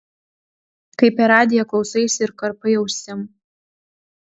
kai per radiją klausaisi ir karpai ausim